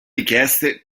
richieste